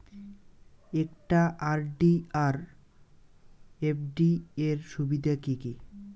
একটা আর.ডি আর এফ.ডি এর সুবিধা কি কি?